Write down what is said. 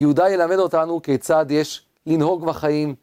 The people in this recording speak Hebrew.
יהודה ילמד אותנו כיצד יש לנהוג בחיים.